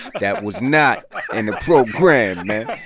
that was not in the program, man.